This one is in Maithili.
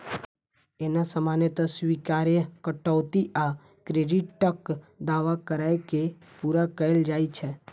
एना सामान्यतः स्वीकार्य कटौती आ क्रेडिटक दावा कैर के पूरा कैल जाइ छै